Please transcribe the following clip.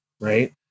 right